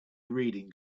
reading